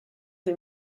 des